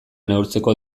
neurtzeko